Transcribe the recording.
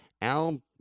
Al